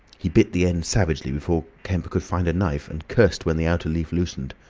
he bit the end savagely before kemp could find a knife, and cursed when the outer leaf loosened.